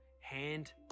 Hand